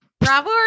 Bravo